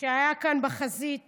שהיה כאן בחזית